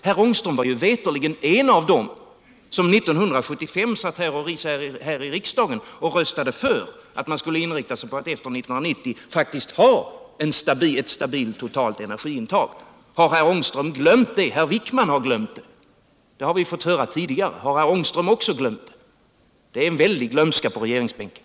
Herr Ångström var ju veterligen en av dem som 1975 här i riksdagen röstade för att man skulle inrikta sig på att efter 1990 ha ett stabilt totalt energiintag. Har herr Ångström glömt det? Herr Wijkman har glömt det — det har vi fått höra tidigare. Har herr Ångström också glömt det. så är det en väldig glömska i regeringspartierna.